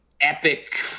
epic